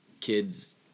kids